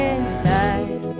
Inside